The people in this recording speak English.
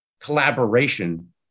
collaboration